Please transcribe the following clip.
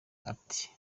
ati